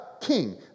king